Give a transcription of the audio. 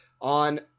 on